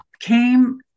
came